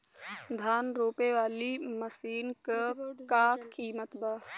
धान रोपे वाली मशीन क का कीमत बा?